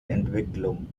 entwicklung